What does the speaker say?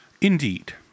Indeed